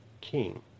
king